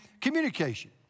communication